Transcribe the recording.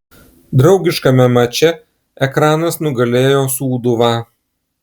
draugiškame mače ekranas nugalėjo sūduvą